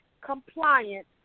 compliance